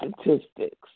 statistics